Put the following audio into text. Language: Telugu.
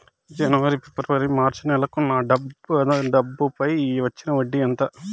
జనవరి, ఫిబ్రవరి, మార్చ్ నెలలకు నా డబ్బుపై వచ్చిన వడ్డీ ఎంత